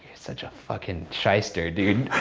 such a fuckin' shyster dude.